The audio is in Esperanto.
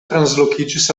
translokiĝis